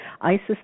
Isis